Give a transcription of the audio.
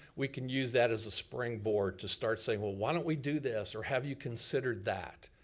we can use that as a springboard to start saying, well why don't we do this, or have you considered that.